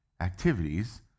activities